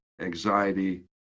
anxiety